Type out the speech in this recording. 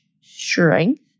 strength